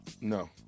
No